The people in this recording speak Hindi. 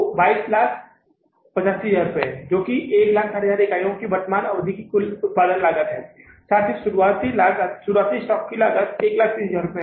2285000 रुपये जो कि 160000 इकाइयों की वर्तमान अवधि के उत्पादन की लागत है और साथ ही शुरुआती स्टॉक की लागत 130000 है